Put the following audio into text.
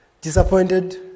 disappointed